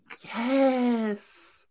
Yes